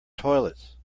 toilets